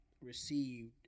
received